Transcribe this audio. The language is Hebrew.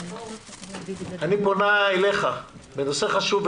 אני פונה אליך בנושא חשוב,